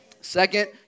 Second